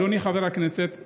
אדוני חבר הכנסת,